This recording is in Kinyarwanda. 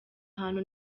hantu